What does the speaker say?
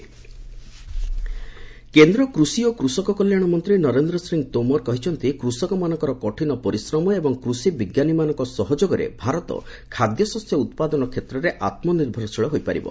Tomar agriculture କେନ୍ଦ୍ର କୃଷି ଓ କୃଷକ କଲ୍ୟାଣ ମନ୍ତ୍ରୀ ନରେନ୍ଦ୍ର ସିଂ ତୋମର କହିଛନ୍ତି କୃଷକମାନଙ୍କର କଠିନ ପରିଶ୍ୱମ ଏବଂ କୃଷିବିଜ୍ଞାନୀମାନଙ୍କ ସହଯୋଗରେ ଭାରତ ଖାଦ୍ୟଶସ୍ୟ ଉତ୍ପାଦନ କ୍ଷେତ୍ରରେ ଆତ୍ମନିର୍ଭରଶୀଳ ହୋଇପାରିବ